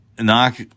Knock